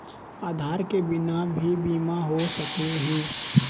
आधार के बिना भी बीमा हो सकले है?